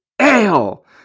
Ale